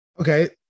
Okay